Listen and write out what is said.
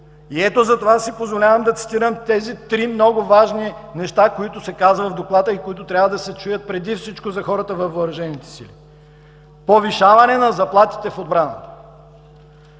сектор. Затова си позволявам да цитирам тези три много важни неща, които се казват в Доклада и които трябва да се чуят преди всичко за хората във въоръжените сили: „повишаване на заплатите в отбраната;